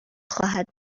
خواهد